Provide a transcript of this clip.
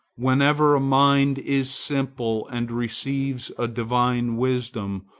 whenever a mind is simple and receives a divine wisdom,